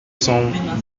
cents